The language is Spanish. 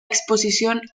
exposición